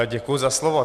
Děkuji za slovo.